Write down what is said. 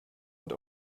und